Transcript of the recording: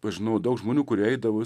pažinau daug žmonių kurie eidavo vis